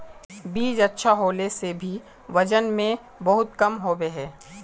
बीज अच्छा होला से भी वजन में बहुत कम होबे है?